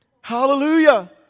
Hallelujah